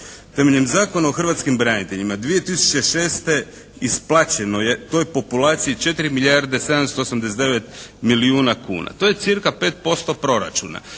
Temeljem Zakona o hrvatskim braniteljima 2006. isplaćeno je toj populaciji 4 milijarde 789 milijuna kuna. To je cirka 5% proračuna